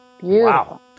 Wow